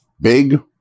big